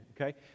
Okay